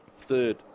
Third